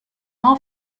all